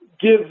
give